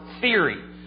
theory